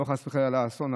לא חס וחלילה על האסון,